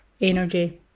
energy